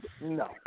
no